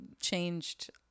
changed